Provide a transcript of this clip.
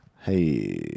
Hey